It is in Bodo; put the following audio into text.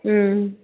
उम